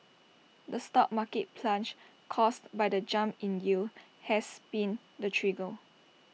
the stock market plunge caused by the jump in yields has been the trigger